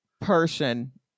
person